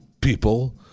people